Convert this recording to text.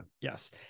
Yes